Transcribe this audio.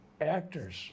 actors